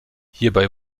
hierbei